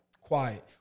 Quiet